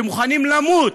שמוכנים למות